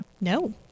no